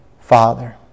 father